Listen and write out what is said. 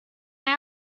they